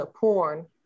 porn